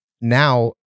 now